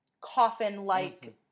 coffin-like